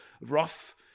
rough